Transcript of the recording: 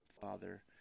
father